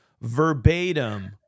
verbatim